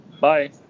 Bye